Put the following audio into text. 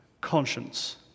conscience